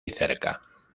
cerca